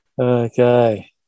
okay